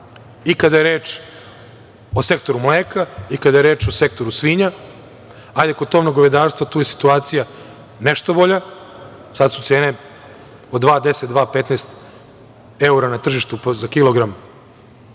i kada je reč o sektoru mleka i kada je reč o sektoru svinja. Kod tovnog govedarstva tu je situacija nešto bolja, sad su cene od 2,10 do 2,15 evra na tržištu za kilogram